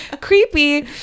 creepy